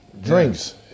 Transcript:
drinks